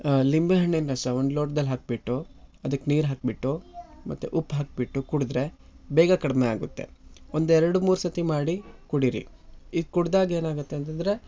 ಲಿಂಬೆ ಹಣ್ಣಿನ ರಸ ಒಂದು ಲೋಟದಲ್ಲಿ ಹಾಕಿಬಿಟ್ಟು ಅದಕ್ಕೆ ನೀರು ಹಾಕಿಬಿಟ್ಟು ಮತ್ತು ಉಪ್ಪು ಹಾಕಿಬಿಟ್ಟು ಕುಡಿದ್ರೆ ಬೇಗ ಕಡಿಮೆ ಆಗತ್ತೆ ಒಂದೆರಡು ಮೂರು ಸತಿ ಮಾಡಿ ಕುಡೀರಿ ಇದು ಕುಡ್ದಾಗ ಏನಾಗತ್ತೆ ಅಂತಂದರೆ